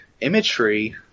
imagery